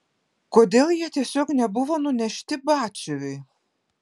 kodėl jie tiesiog nebuvo nunešti batsiuviui